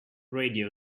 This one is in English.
radio